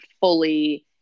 fully